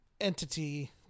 entity